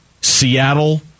Seattle